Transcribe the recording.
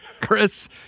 Chris